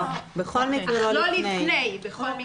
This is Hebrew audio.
לא לפני.